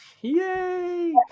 Yay